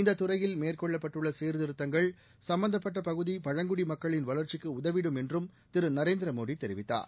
இந்த துறையில் மேற்கொள்ளப்பட்டுள்ள சீர்திருத்தங்கள் சமபந்தப்பட்ட பகுதி பழங்குடி மக்களின் வளர்ச்சிக்கு உதவிடும் என்றும் திரு நரேந்திரமோடி தெரிவித்தார்